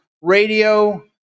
radio